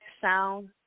sound